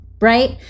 Right